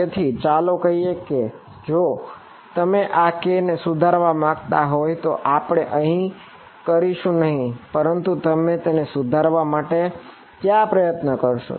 તેથી ચાલો કહીએ કે જો તમે આ k ને સુધારવા માંગતા હોય તો આપણે તે અહીં કરશું નહિ પરંતુ તમે તેને સુધારવા માટે ક્યાં પ્રયત્ન કરશો